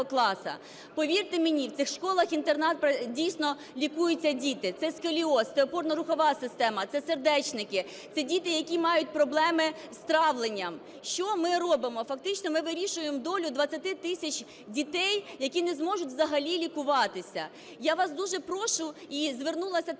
Повірте мені, в цих школах-інтернатах дійсно лікуються діти, це сколіоз, це опорно-рухова система, це сердечники, це діти, які мають проблеми з травленням. Що ми робимо? Фактично ми вирішуємо долю 20 тисяч дітей, які не зможуть взагалі лікуватись. Я вас дуже прошу і звернулась також